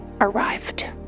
arrived